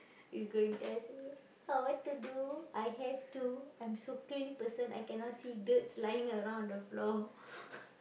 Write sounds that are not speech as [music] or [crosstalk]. you go and then I say ah what to do I have to I'm so clean person I cannot see dirts lying around on the floor [laughs]